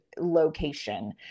location